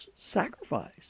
sacrifice